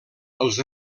els